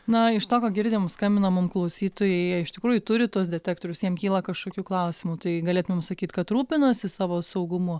na iš to ką girdim skambino mum klausytojai jie iš tikrųjų turi tuos detektorius jiem kyla kažkokių klausimų tai galėtumėm sakyt kad rūpinasi savo saugumu